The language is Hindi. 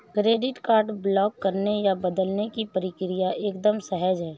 क्रेडिट कार्ड ब्लॉक करने या बदलने की प्रक्रिया एकदम सहज है